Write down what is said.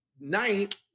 night